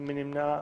מי נמנע?